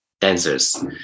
dancers